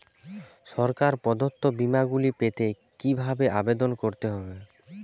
সরকার প্রদত্ত বিমা গুলি পেতে কিভাবে আবেদন করতে হবে?